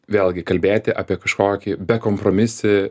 vėlgi kalbėti apie kažkokį bekompromisį